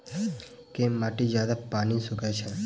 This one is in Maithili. केँ माटि जियादा पानि सोखय छै?